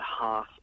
half